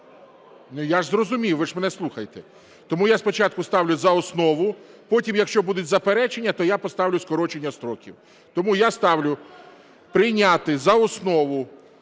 я ж зрозумів, ви ж мене слухайте. Тому я спочатку ставлю за основу, потім, якщо будуть заперечення, то я поставлю скорочення строків. Тому я ставлю прийняти за основу